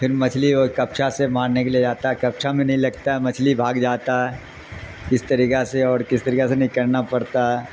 پھر مچھلی اور کپچھا سے مارنے کے لیے جاتا ہے کپچھا میں نہیں لگتا مچھلی بھاگ جاتا ہے کس طریقہ سے اور کس طریقہ سے نہیں کرنا پڑتا ہے